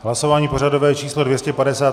Hlasování pořadové číslo 253.